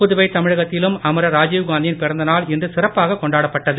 புதுவை தமிழகத்திலும் அமரர் ராஜிவ்காந்தியின் பிறந்த நாள் இன்று சிறப்பாக கொண்டாடப்பட்டது